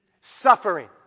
Suffering